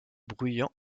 bruyants